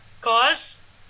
cause